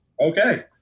Okay